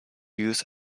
use